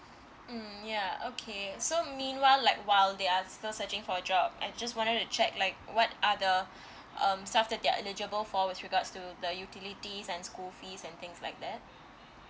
mm ya okay so meanwhile like while they're still searching for a job I just wanted to check like what are the um stuff that they're eligible for with regards to the utilities and school fees and things like that